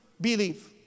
believe